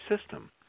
system